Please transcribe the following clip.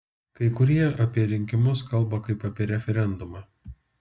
kai kurie apie rinkimus kalba kaip apie referendumą